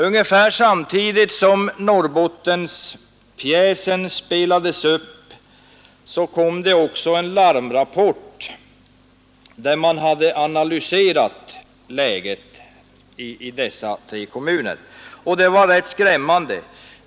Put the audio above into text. Ungefär samtidigt som Norrbottenspjäsen spelades upp kom det också en larmrapport, där man hade analyserat läget i dessa tre kommuner. Den var rätt skrämmande.